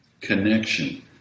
connection